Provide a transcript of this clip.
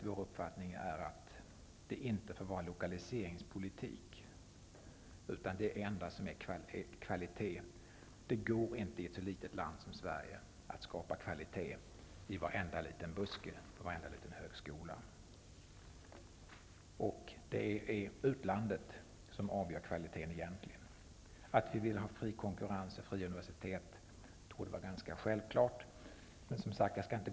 Vår uppfattning är att det inte får vara någon lokaliseringspolitik. Det går inte i ett så litet land som Sverige att skapa kvalitet i varenda buske och på varenda högskola. Det är utlandet som avgör kvaliteten. Att vi vill ha fri konkurrens och fria universitet, torde vara ganska självklart.